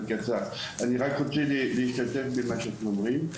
אני רק רוצה להשתתף במה שאתם אומרים.